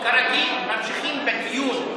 כרגיל, ממשיכים בדיון.